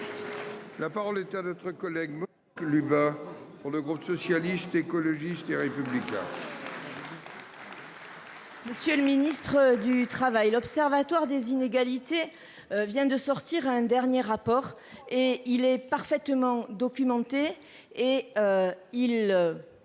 La parole est à notre collègue. Lui va. Pour le groupe socialiste, écologiste et républicain. Monsieur le ministre du Travail, l'Observatoire des inégalités, vient de sortir à un dernier rapport et il est parfaitement documentée